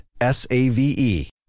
S-A-V-E